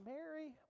Mary